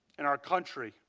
in our country.